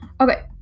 Okay